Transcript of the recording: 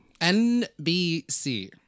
NBC